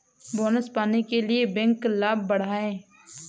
bonus पाने के लिए बैंक लाभ बढ़ाएं